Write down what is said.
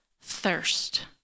thirst